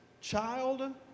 child